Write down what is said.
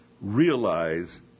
realize